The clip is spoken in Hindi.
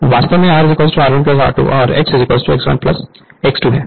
वास्तव में R R1 R2 और X X1 X2 है